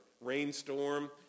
rainstorm